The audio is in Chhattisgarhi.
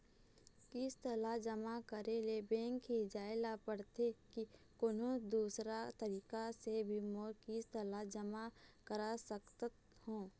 किस्त ला जमा करे ले बैंक ही जाए ला पड़ते कि कोन्हो दूसरा तरीका से भी मोर किस्त ला जमा करा सकत हो?